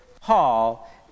Paul